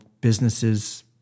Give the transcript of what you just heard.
businesses